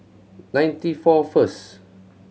ninety four first